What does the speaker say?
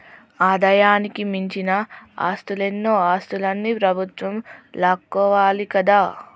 ఆదాయానికి మించిన ఆస్తులన్నో ఆస్తులన్ని ప్రభుత్వం లాక్కోవాలి కదా